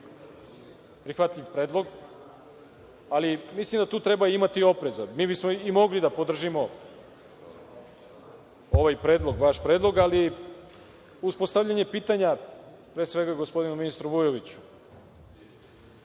prihvatljiv predlog, ali, mislim da tu treba imati opreza. Mi bismo i mogli da podržimo ovaj vaš predlog, ali uz postavljanje pitanja, pre svega ministru Vujoviću